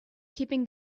keeping